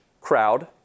crowd